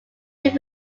have